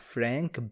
Frank